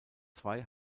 zwei